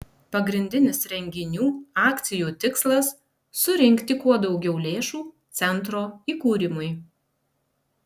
pagrindinis renginių akcijų tikslas surinkti kuo daugiau lėšų centro įkūrimui